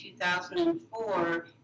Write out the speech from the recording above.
2004